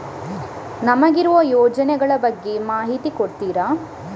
ನಮಗಿರುವ ಯೋಜನೆಗಳ ಬಗ್ಗೆ ಮಾಹಿತಿ ಕೊಡ್ತೀರಾ?